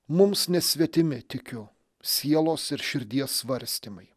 mums nesvetimi tikiu sielos ir širdies svarstymai